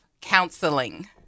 counseling